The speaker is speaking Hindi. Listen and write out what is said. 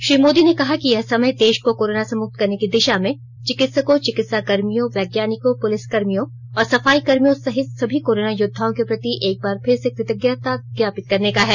श्री मोदी ने कहा कि यह समय देश को कोरोना से मुक्त करने की दिशा में चिकित्सकों चिकित्सा कर्मियों वैज्ञानिकों पुलिसकर्मियों और सफाई कर्मियों सहित सभी कोरोना योद्धाओं के प्रति एक बार फिर से कृतज्ञता ज्ञापित करने का है